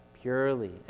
purely